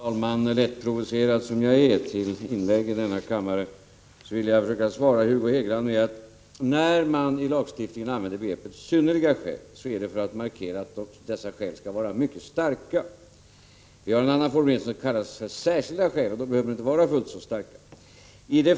Fru talman! Lättprovocerad som jag är när det gäller att göra inlägg i denna kammare vill jag försöka svara Hugo Hegeland på föjande sätt: När man i lagstiftningen använder begreppet ”synnerliga skäl” är det för att markera att dessa skäl skall vara mycket starka. Vi har en annan formulering som kallas ”särskilda skäl”, och de behöver inte vara fullt så starka.